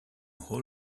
all